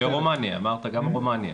ורומניה, אמרת גם רומניה.